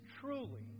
truly